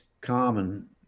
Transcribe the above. common